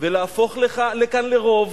ולהפוך כאן לרוב,